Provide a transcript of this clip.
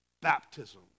baptism